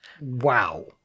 Wow